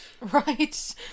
Right